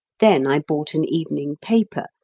then i bought an evening paper,